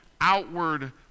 outward